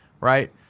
right